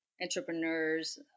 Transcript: entrepreneurs